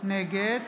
נגד